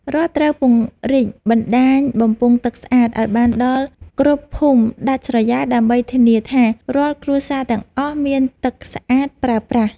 រដ្ឋត្រូវពង្រីកបណ្តាញបំពង់ទឹកស្អាតឱ្យបានដល់គ្រប់ភូមិដាច់ស្រយាលដើម្បីធានាថារាល់គ្រួសារទាំងអស់មានទឹកស្អាតប្រើប្រាស់។